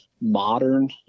modern